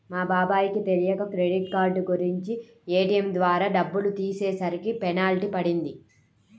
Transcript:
మా బాబాయ్ కి తెలియక క్రెడిట్ కార్డు నుంచి ఏ.టీ.యం ద్వారా డబ్బులు తీసేసరికి పెనాల్టీ పడింది